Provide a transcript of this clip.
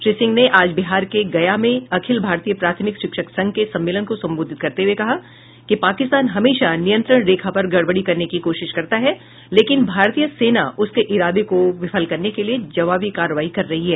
श्री सिंह ने आज बिहार के गया में अखिल भारतीय प्राथमिक शिक्षक संघ के सम्मेलन को संबोधित करते हुए कहा कि पाकिस्तान हमेशा नियंत्रण रेखा पर गड़बड़ी करने की कोशिश करता है लेकिन भारतीय सेना उसके इरादे को विफल करने के लिए जवाबी कार्रवाई कर रही है